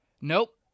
Nope